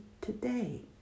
today